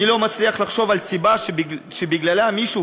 אני לא מצליח לחשוב על סיבה שבגללה מישהו,